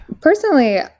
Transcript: Personally